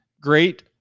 great